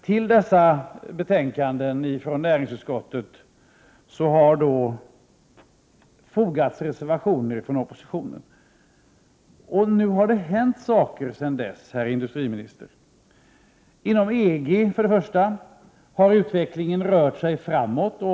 Till dessa betänkanden från näringsutskottet har det emellertid fogats reservationer från oppositionen. Det har nu hänt saker sedan dess, herr industriminister. Inom EG har utvecklingen rört sig framåt.